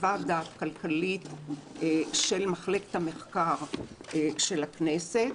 חוות דעת כלכלית של מחלקת המחקר של הכנסת.